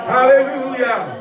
Hallelujah